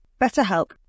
BetterHelp